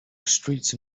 streets